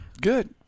good